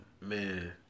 Man